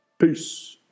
Peace